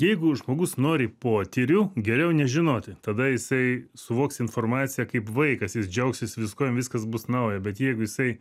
jeigu žmogus nori potyrių geriau nežinoti tada jisai suvoks informaciją kaip vaikas jis džiaugsis viskuo jam viskas bus nauja bet jeigu jisai